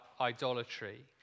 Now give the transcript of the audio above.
idolatry